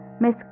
Miss